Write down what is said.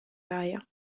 raya